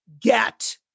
get